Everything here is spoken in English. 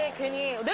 ah can you